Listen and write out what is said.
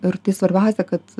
ir tai svarbiausia kad